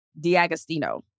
Diagostino